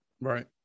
Right